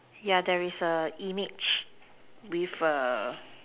yeah there is a image with a